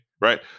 right